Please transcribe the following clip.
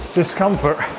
discomfort